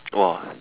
!wah!